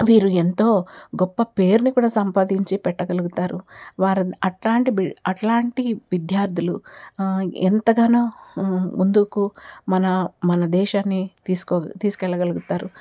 వీరు ఎంతో గొప్ప పేర్లు కూడా సంపాదించి పెట్టగలుగుతారు వారు అట్టాంటి బి అట్లాంటి విద్యార్థులు ఎంతగానో ముందుకు మన మన దేశాన్ని తీసుకో తీసుకెళ్ళగలుగుతారు